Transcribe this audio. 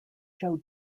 joe